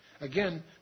Again